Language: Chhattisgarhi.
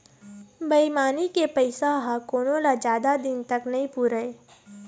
बेईमानी के पइसा ह कोनो ल जादा दिन तक नइ पुरय